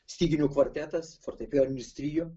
styginių kvartetas fortepijoninis trio